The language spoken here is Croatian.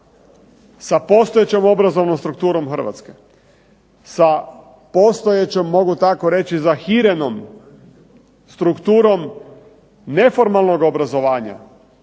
sa postojećom obrazovnom strukturom Hrvatske, sa postojećom mogu tako reći zahirenom strukturom neformalnog obrazovanja,